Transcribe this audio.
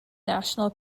national